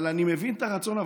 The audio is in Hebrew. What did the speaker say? אבל אני מבין את הרצון.